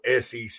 SEC